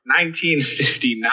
1959